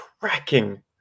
cracking